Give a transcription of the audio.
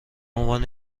عنوان